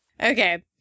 Okay